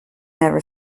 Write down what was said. never